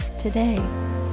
today